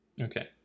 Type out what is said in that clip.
Okay